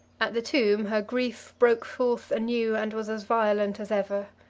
at the tomb her grief broke forth anew, and was as violent as ever.